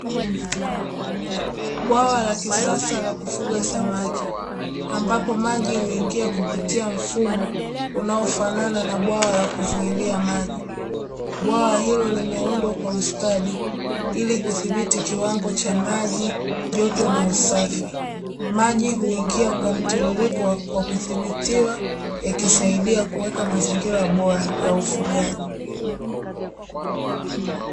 Bwawa la kisasa la kufuga samaki ambapo maji huingia kupitia mfumo unaofanana na bwawa la kuzuilia maji. Bwawa hilo limeundwa kwa ustadi ili kudhibiti kiwango cha maji, joto, na usafi. Maji huingia kwa mtiririko kwa kudhibitiwa, yakisaidia kuweka mazingira bora ya ufugaji.